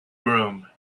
groom